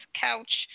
couch